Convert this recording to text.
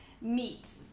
meat